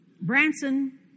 Branson